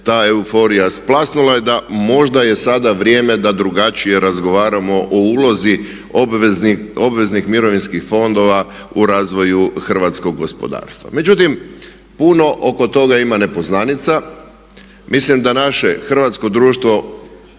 ta euforija splasnula i da možda je sada vrijeme da drugačije razgovaramo o ulozi obveznih mirovinskih fondova u razvoju hrvatskog gospodarstva. Međutim, puno oko toga ima nepoznanica, mislim da naše hrvatsko društvo